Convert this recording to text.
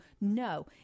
no